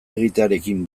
egitearekin